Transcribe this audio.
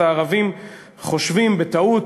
בכנסת על-ידי חברי הכנסת הערבים, חושבים בטעות